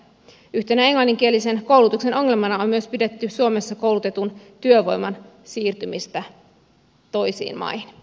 yhtenä englanninkielisen koulutuksen ongelmana on myös pidetty suomessa koulutetun työvoiman siirtymistä toisiin maihin